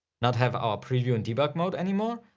not have our preview and debug mode anymore,